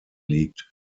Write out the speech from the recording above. liegt